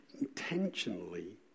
intentionally